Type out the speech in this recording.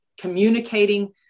communicating